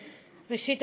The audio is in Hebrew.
ראשית,